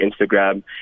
Instagram